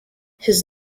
his